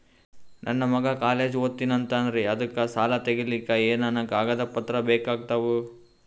ನನ್ನ ಮಗ ಕಾಲೇಜ್ ಓದತಿನಿಂತಾನ್ರಿ ಅದಕ ಸಾಲಾ ತೊಗೊಲಿಕ ಎನೆನ ಕಾಗದ ಪತ್ರ ಬೇಕಾಗ್ತಾವು?